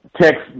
text